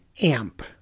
Amp